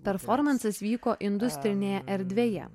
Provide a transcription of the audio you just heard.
performansas vyko industrinėje erdvėje